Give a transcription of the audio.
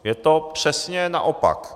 Je to přesně naopak.